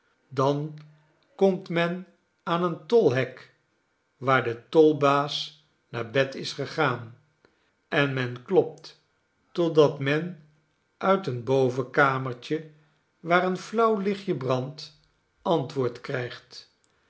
dan komt men aan een tolhek waar de tolbaas naar bed is gegaan en men klopt totdat men uit een bovenkamertje waar een flauw lichtje brandt antwoord krijgt